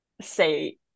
say